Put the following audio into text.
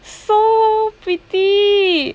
so pretty